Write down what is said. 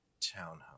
townhome